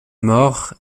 mort